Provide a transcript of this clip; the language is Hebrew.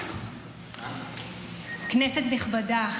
כנסת נכבדה,